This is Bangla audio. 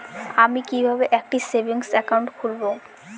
আমি কিভাবে একটি সেভিংস অ্যাকাউন্ট খুলব?